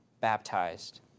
baptized